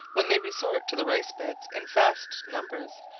when they resort to the rice-beds in vast numbers,